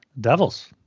Devils